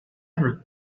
hundred